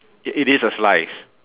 it it is a slice